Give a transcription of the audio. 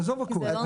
עזוב הכול.